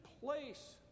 place